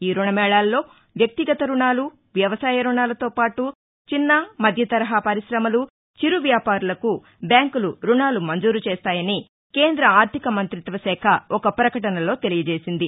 ఈ రుణమేళాల్లో వ్యక్తి గత రుణాలు వ్యవసాయ రుణాలతోపాటు చిన్న మధ్యతరహా పరిశమలు చిరువ్యాపారులకు బ్యాంకులు రుణాలు మంజూరు చేస్తాయని కేంద్ర ఆర్లిక మంతిత్వ శాఖ ఒక పకటనలో తెలియచేసింది